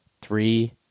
three